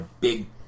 big